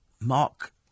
Mark